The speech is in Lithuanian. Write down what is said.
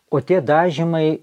o tie dažymai